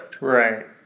right